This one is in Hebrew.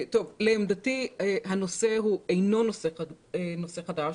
לעמדתי הנושא הוא אינו נושא חדש.